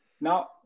Now